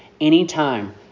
Anytime